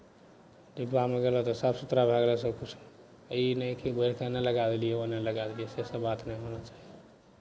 डिब्बामे गेलह तऽ साफ सुथरा भए गेलै सभकिछु ई नहि कि बोरि कऽ एन्नऽ लगाए देलियै ओन्नऽ लगाए देलियै सेसभ बात नहि होना चाही